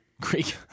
Greek